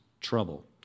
trouble